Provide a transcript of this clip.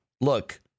Look